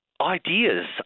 ideas